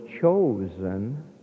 chosen